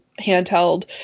handheld